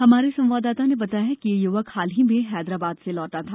हमारे संवाददाता ने बताया है कि यह युवक हाल ही में हैदराबाद से लौटा था